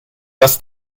dass